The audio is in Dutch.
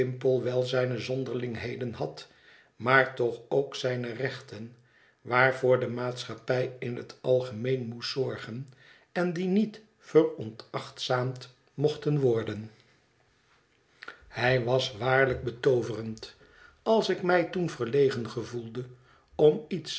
wel zijne zonderlingheden had maar toch ook zijne rechten waarvoor de maatschappij in het algemeen moest zorgen en die niet veronachtzaamd mochten worden hij was mijnheer ski mp ole waarlijk betooverend als ik mij toen verlegen gevoelde om iets